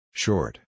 Short